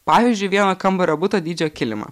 pavyzdžiui vieno kambario buto dydžio kilimą